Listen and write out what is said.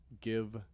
give